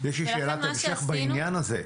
יש לי שאלת המשך בעניין הזה.